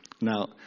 Now